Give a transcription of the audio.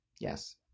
Yes